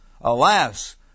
Alas